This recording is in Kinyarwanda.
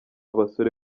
basore